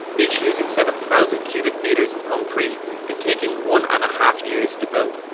each using seven thousand cubic metres of concrete and taking one-and-a-half years to build.